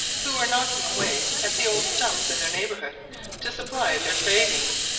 who were knocking away at the old stumps in their neighbourhood to supply their cravings,